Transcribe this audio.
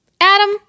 Adam